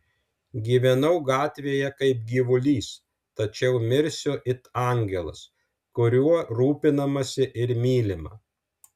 gyvenau gatvėje kaip gyvulys tačiau mirsiu it angelas kuriuo rūpinamasi ir mylima